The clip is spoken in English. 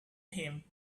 him